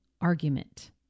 argument